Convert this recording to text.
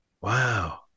Wow